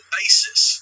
basis